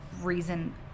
reason